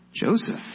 Joseph